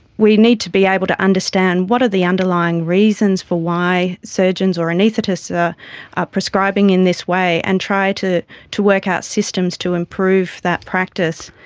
we need to be able to understand what are the underlying reasons for why surgeons or anaesthetists ah are prescribing in this way and try to to work out systems to improve that practice.